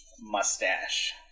mustache